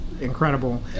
incredible